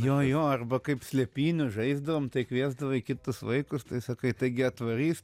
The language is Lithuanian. jo jo arba kaip slėpynių žaisdavom tai kviesdavai kitus vaikus tai sakai taigi atvarys